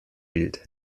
bild